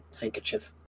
handkerchief